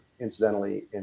incidentally